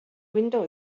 window